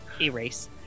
Erase